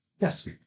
Yes